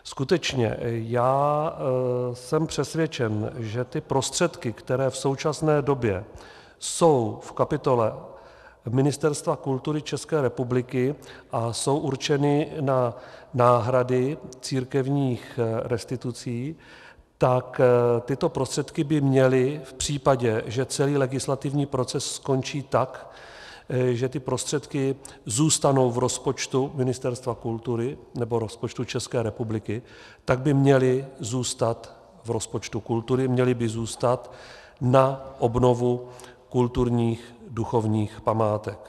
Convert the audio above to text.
Skutečně já jsem přesvědčen, že ty prostředky, které jsou v současné době v kapitole Ministerstva kultury České republiky a jsou určeny na náhrady církevních restitucí, tak tyto prostředky by měly v případě, že celý legislativní proces skončí tak, že ty prostředky zůstanou v rozpočtu Ministerstva kultury nebo rozpočtu České republiky, tak by měly zůstat v rozpočtu kultury, měly by zůstat na obnovu kulturních duchovních památek.